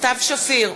סתיו שפיר,